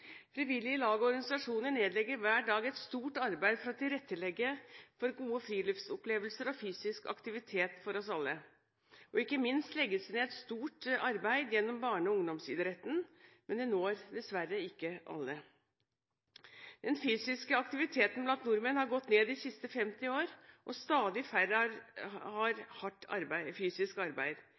Frivillige lag og organisasjoner nedlegger hver dag et stort arbeid for å legge til rette for gode friluftsopplevelser og fysisk aktivitet for oss alle. Ikke minst legges det ned et stort arbeid gjennom barne- og ungdomsidretten. Men det når dessverre ikke til alle. Den fysiske aktiviteten blant nordmenn har gått ned de siste 50 årene. Stadig færre har hardt fysisk arbeid. Vi kjører mer bil, og mange er opptatt med stillesittende arbeid